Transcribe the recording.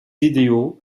idéaux